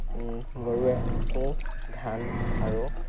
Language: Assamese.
গৰুৱে তুঁহ ধান আৰু